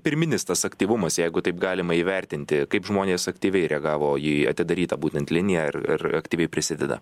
pirminis tas aktyvumas jeigu taip galima įvertinti kaip žmonės aktyviai reagavo į atidarytą būtent liniją ir ar aktyviai prisideda